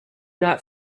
not